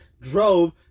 drove